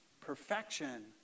Perfection